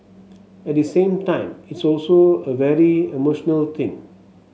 at the same time it's also a very emotional thing